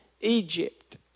Egypt